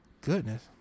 Goodness